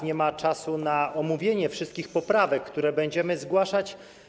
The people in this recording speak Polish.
Nie ma czasu na omówienie wszystkich poprawek, które będziemy zgłaszać.